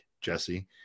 jesse